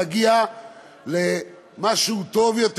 להגיע למשהו טוב יותר,